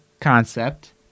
concept